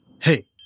Hey